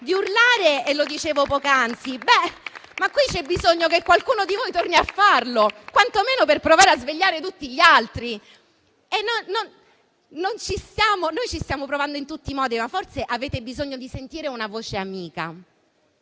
di urlare, e lo dicevo poc'anzi, ma c'è bisogno che qualcuno di voi torni a farlo, quantomeno per provare a svegliare tutti gli altri. Noi ci stiamo provando in tutti i modi, ma forse avete bisogno di sentire una voce amica: